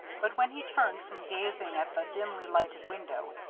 but when he turned from gazing at the dimly lighted window,